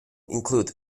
include